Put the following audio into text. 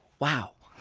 wow,